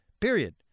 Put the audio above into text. Period